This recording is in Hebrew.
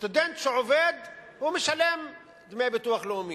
סטודנט שעובד משלם דמי ביטוח לאומי.